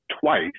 twice